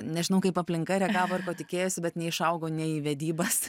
nežinau kaip aplinka reagavo ir ko tikėjosi bet neišaugo nei į vedybas